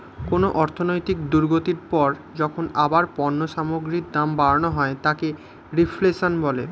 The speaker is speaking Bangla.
কোনো অর্থনৈতিক দুর্গতির পর যখন আবার পণ্য সামগ্রীর দাম বাড়ানো হয় তাকে রিফ্লেশন বলে